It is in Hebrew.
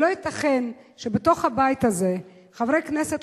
ולא ייתכן שבתוך הבית הזה חברי כנסת